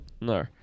No